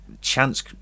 chance